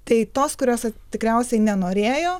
tai tos kurios vat tikriausiai nenorėjo